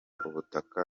ubutaka